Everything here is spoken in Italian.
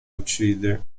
uccide